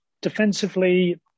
defensively